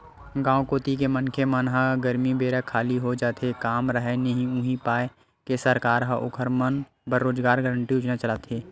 गाँव कोती के मनखे मन ह गरमी बेरा खाली हो जाथे काम राहय नइ उहीं पाय के सरकार ह ओखर मन बर रोजगार गांरटी योजना चलाथे